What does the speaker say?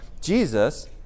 Jesus